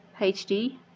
HD